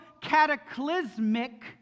cataclysmic